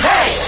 Hey